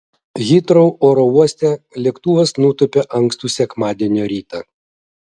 hitrou oro uoste lėktuvas nutūpė ankstų sekmadienio rytą